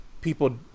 people